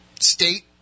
state